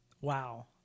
Wow